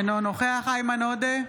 אינו נוכח איימן עודה,